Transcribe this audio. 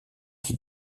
qui